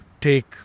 take